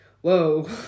whoa